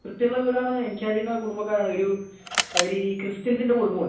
വൃത്തിയുള്ള വീടാണ് എനിക്കറിയുന്ന കുടുംബക്കാരാണ് ഒരു അവർ ഈ ക്രിസ്ത്യൻസിൻ്റെ കുടുംബമാണ്